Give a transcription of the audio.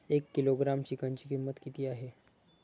एक किलोग्रॅम चिकनची किंमत काय आहे?